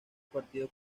partido